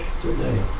today